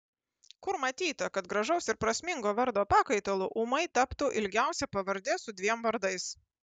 kur matyta kad gražaus ir prasmingo vardo pakaitalu ūmai taptų ilgiausia pavardė su dviem vardais